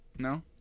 No